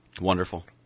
Wonderful